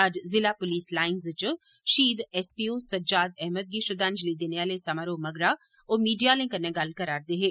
अज्ज जिला पुलस लाईज़ च शहीद एसपीओ सज्जाद अहमद गी श्रद्धांजलि देने आले समारोह् मगरा ओ मीडिया आलें कन्नै गल्ल करा'रदे हे